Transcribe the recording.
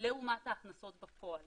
לעומת ההכנסות בפועל